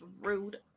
rude